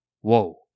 whoa